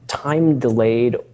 time-delayed